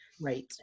Right